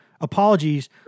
apologies